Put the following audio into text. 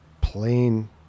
plain